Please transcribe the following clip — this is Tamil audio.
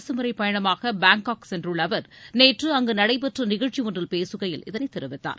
அரசுமுறைப் பயணமாக பாங்காக் சென்றுள்ள அவர் நேற்று அங்கு நடைபெற்ற நிகழ்ச்சி ஒன்றில் பேசுகையில் இதனைத் தெரிவித்தார்